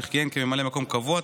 שכיהן כממלא מקום קבוע,